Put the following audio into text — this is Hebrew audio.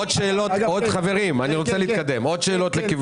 חברים, עוד שאלות?